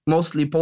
Mostly